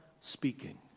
speaking